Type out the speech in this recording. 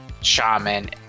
Shaman